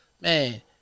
Man